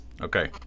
Okay